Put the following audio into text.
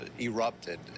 erupted